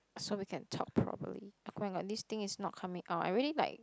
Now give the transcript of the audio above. so we can talk properly oh-my-god this thing is not coming out I really like